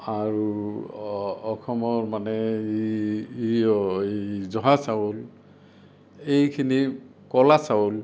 আৰু অসমৰ মানে এই জহা চাউল এইখিনি ক'লা চাউল